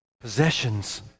possessions